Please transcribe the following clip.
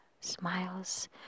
smiles